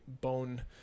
bone